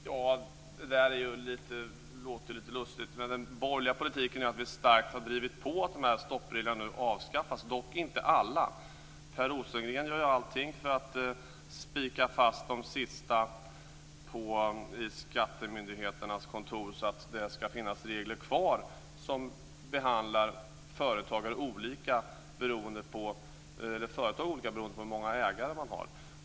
Fru talman! Det där låter lite lustigt. Den borgerliga politiken är att vi starkt har drivit på för att de här stoppreglerna nu avskaffas - dock inte alla. Per Rosengren gör ju allt för att spika fast de sista på skattemyndigheternas kontor så att det ska finnas regler kvar som behandlar företagen olika beroende på hur många ägare de har.